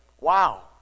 Wow